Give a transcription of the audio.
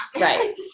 Right